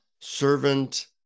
servant